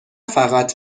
فقط